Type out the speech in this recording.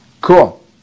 Cool